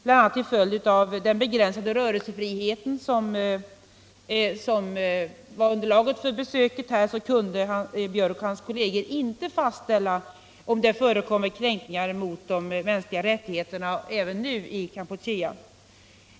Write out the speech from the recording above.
Bl.a. till följd av den begränsade rörelsefrihet som var underlaget för besöket kunde Björk och hans kolleger inte fastställa huruvida allvarliga kränkningar av mänskliga rättigheter även nu förekommer i Kampuchea.